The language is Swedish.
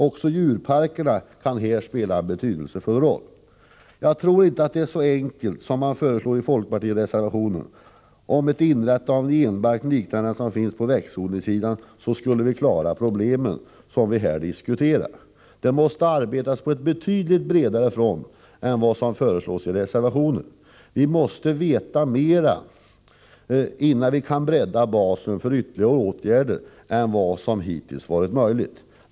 Också djurparkerna kan här spela en betydelsefull roll. Jag tror inte att det är så enkelt att lösa denna fråga som man gör gällande i folkpartireservationen. Även om vi inrättade en genbank liknande den som finns på växtodlingssidan skulle vi inte klara de problem som vi här diskuterar. Det måste arbetas på en betydligt bredare front än vad som föreslås i reservationen. Vi måste veta mera, innan vi kan bredda basen för ytterligare åtgärder.